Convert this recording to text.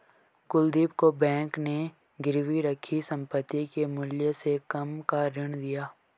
कुलदीप को बैंक ने गिरवी रखी संपत्ति के मूल्य से कम का ऋण दिया